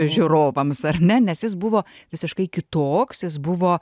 žiūrovams ar ne nes jis buvo visiškai kitoks jis buvo